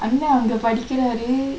அண்ணெ அங்க படிக்கிறாரு:anne angka padikiraaru